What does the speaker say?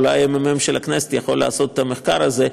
אולי הממ"מ של הכנסת יכול לעשות את המחקר הזה,